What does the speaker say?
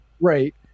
right